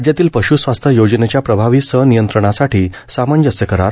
राज्यातील पश् स्वास्थ योजनेच्या प्रभावी सनियंत्रणासाठी सामंजस्य करार